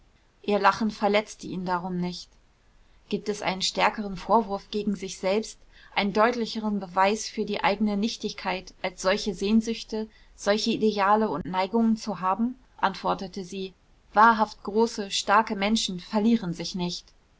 ihr lachen verletzte ihn darum nicht gibt es einen stärkeren vorwurf gegen sich selbst einen deutlicheren beweis für die eigene nichtigkeit als solche sehnsüchte solche ideale und neigungen zu haben antwortete sie wahrhaft große starke menschen verlieren sich nicht